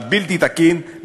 הבלתי-תקין,